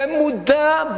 ומודע,